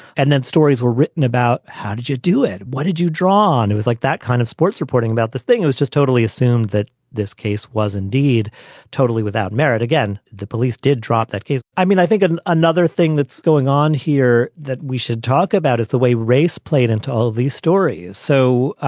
and then stories were written about how did you do it? what did you draw on? it was like that kind of sports reporting about this thing. it was just totally assumed that this case was indeed totally without merit again. the police did drop that case i mean, i think another thing that's going on here that we should talk about is the way race played into all of these stories. so.